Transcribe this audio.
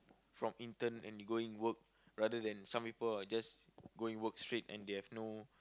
from intern and you going work rather than some people are just going work straight and they have no